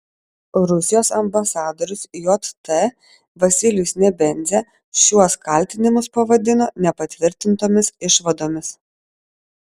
rusijos ambasadorius jt vasilijus nebenzia šiuos kaltinimus pavadino nepatvirtintomis išvadomis